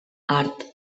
art